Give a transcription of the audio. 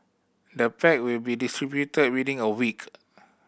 the pack will be distributed within a week